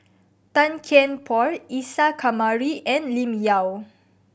Tan Kian Por Isa Kamari and Lim Yau